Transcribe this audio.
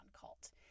cult